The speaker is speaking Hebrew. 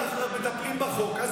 סוף-סוף מטפלים בחוק.